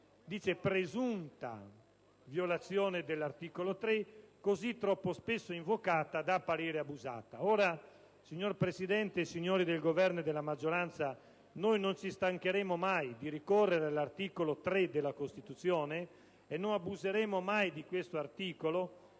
dicendo «presunta» violazione dell'articolo 3, «troppo spesso invocata, sì da apparire abusata». Ora, signor Presidente, signori del Governo e della maggioranza, non ci stancheremo mai di ricorrere all'articolo 3 della Costituzione e non abuseremo mai di questo articolo,